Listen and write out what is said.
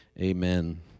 amen